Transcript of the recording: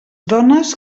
dones